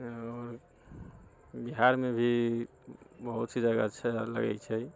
आओर बिहारमे भी बहुत ही जगह अच्छा लगैत छै